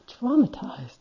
traumatized